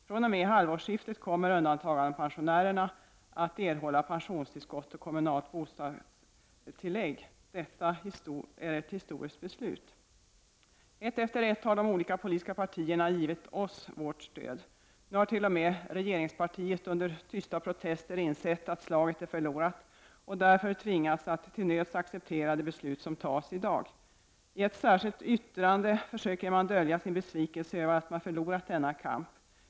fr.o.m. halvårsskiftet kommer undantagandepensionärerna att erhålla pensionstillskott och kommunalt bostadstillägg. Det är ett historiskt beslut. Ett efter ett har de olika politiska partierna givit oss sitt stöd. Nu har t.o.m. regeringspartiet under tysta protester insett att slaget är förlorat och därför tvingats att till nöds acceptera det beslut som fattas i dag. I ett särskilt yttrande försöker man dölja sin besvikelse över att man förlorat denna kamp.